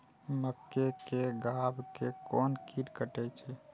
मक्के के गाभा के कोन कीट कटे छे?